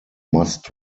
must